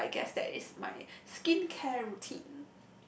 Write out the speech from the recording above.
so I guess that is my skin care routine